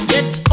Get